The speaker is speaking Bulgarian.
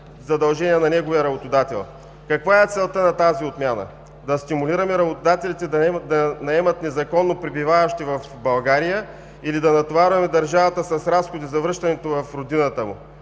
задължение на неговия работодател. Каква е целта на тази отмяна? Да стимулираме работодателите да наемат незаконно пребиваващи в България или да натоварваме държавата с разходи за връщането в родината му?